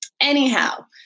Anyhow